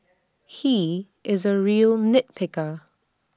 he is A real nit picker